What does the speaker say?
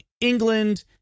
England